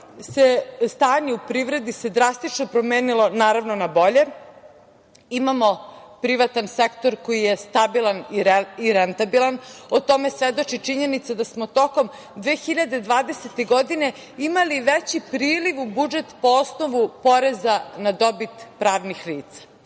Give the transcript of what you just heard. stanje u privredi se drastično promenilo, naravno, na bolje imamo privatan sektor koji je stabilan i rentabilan. O tome svedoči činjenica da smo tokom 2020. godine imali veći priliv u budžet po osnovu poreza na dobit pravnih